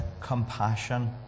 compassion